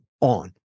on